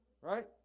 Right